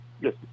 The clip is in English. Yes